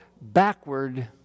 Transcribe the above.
backward